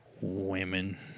women